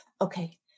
okay